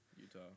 Utah